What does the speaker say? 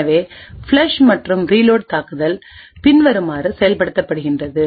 எனவே ஃப்ளஷ் மற்றும் ரீலோட் தாக்குதல் பின்வருமாறு செயல்படுகிறது